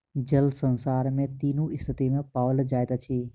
जल संसार में तीनू स्थिति में पाओल जाइत अछि